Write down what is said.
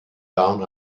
down